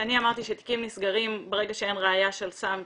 כשאני אמרתי שתיקים נסגרים ברגע שאין ראייה שם סם,